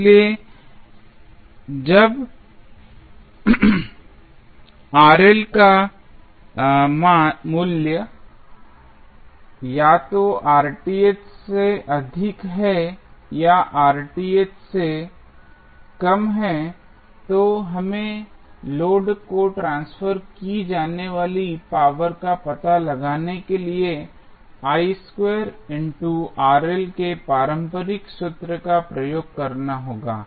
इसलिए जब का मूल्य या तो से अधिक है या से कम है तो हमें लोड को ट्रांसफर की जाने वाली पावर का पता लगाने के लिए के पारंपरिक सूत्र का उपयोग करना होगा